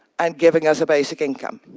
and giving us a basic income.